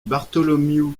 bartholomew